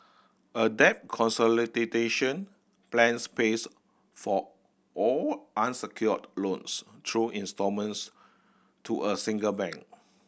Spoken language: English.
a debt plans pays for all unsecured loans through instalments to a single bank